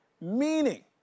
meaning